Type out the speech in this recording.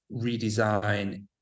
redesign